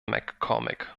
maccormick